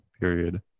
period